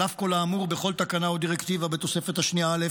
על אף כל האמור בכל תקנה או דירקטיבה בתוספת השנייה א',